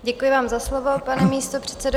Děkuji vám za slovo, pane místopředsedo.